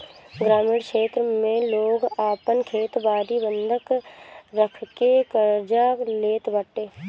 ग्रामीण क्षेत्र में लोग आपन खेत बारी बंधक रखके कर्जा लेत बाटे